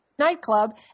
nightclub